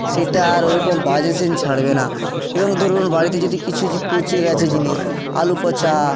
সেটা আর ওরকম বাজে সেন্ট ছাড়বে না এবং ধরুন বাড়িতে যদি কিছু জি পচে গেছে জিনিস আলু পচা